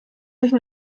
nicht